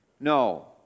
No